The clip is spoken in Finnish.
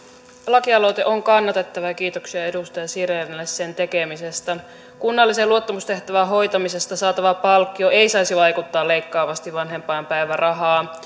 lakialoite on kannatettava ja kiitoksia edustaja sirenille sen tekemisestä kunnallisen luottamustehtävän hoitamisesta saatava palkkio ei saisi vaikuttaa leikkaavasti vanhempainpäivärahaan